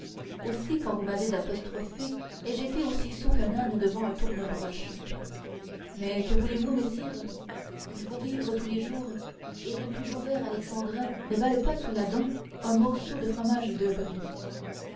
aussi quand vous m'avez apostrophé ai-je été aussi sot qu'un âne devant un tourne broche mais que voulez-vous messire il faut vivre tous les jours et les plus beaux vers alexandrins ne valent pas sous la dent un morceau de fromage de brie